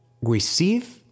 receive